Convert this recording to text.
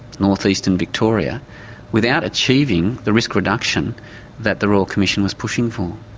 northeastern victoria without achieving the risk reduction that the royal commission was pushing for.